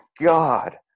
God